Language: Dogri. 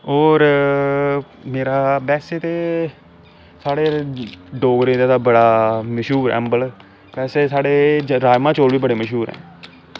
होर मेरा बैसे ते साढ़े डोगरे दा बड़ा जादा मश्हूर ऐ अम्बल बैसे साढ़े राजमा चौल बी बड़े मश्हूर ऐ